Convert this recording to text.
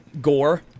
gore